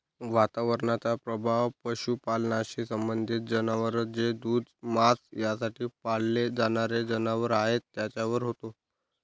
वातावरणाचा प्रभाव पशुपालनाशी संबंधित जनावर जे दूध, मांस यासाठी पाळले जाणारे जनावर आहेत त्यांच्यावर होतो